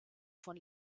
von